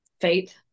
faith